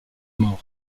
mort